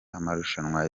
amarushanwa